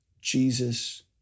Jesus